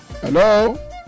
Hello